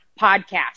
podcast